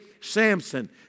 Samson